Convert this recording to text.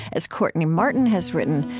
as courtney martin has written,